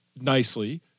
nicely